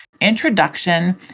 introduction